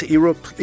Europe